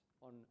on